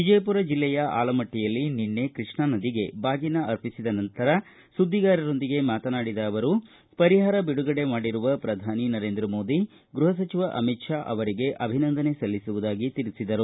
ವಿಜಯಪುರ ಜಿಲ್ಲೆಯ ಆಲಮಟ್ಟಯಲ್ಲಿ ನಿನ್ನೆ ಕೃಷ್ಣಾ ನದಿಗೆ ಬಾಗಿನ ಅರ್ಪಿಸಿದ ಬಳಿಕ ಸುದ್ದಿಗಾರರೊಂದಿಗೆ ಮಾತನಾಡಿದ ಅವರು ಪರಿಹಾರ ಬಿಡುಗಡೆ ಮಾಡಿರುವ ಪ್ರಧಾನಿ ನರೇಂದ್ರ ಮೋದಿ ಗೃಹ ಸಚಿವ ಅಮಿತ್ ಶಾ ಅವರಿಗೆ ಅಭಿನಂದನೆ ಸಲ್ಲಿಸುವುದಾಗಿ ತಿಳಿಸಿದರು